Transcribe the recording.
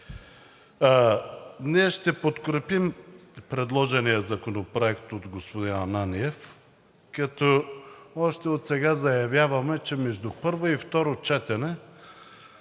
Ние ще подкрепим предложения законопроект от господин Ананиев, като още отсега заявяваме, че между първо и второ четене